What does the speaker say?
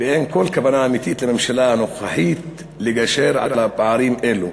ואין כל כוונה אמיתית לממשלה הנוכחית לגשר על פערים אלו.